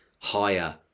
higher